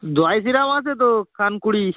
জয় শ্রী রাম আছে তো খান কুড়ি